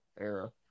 era